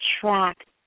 track